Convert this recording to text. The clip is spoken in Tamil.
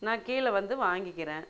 நான் கீழே வந்து வாங்கிக்கிறேன்